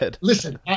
listen